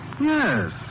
Yes